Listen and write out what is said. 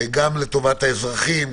גם לטובת האזרחים,